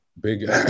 big